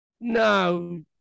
no